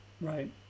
right